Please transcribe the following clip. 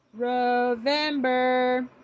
November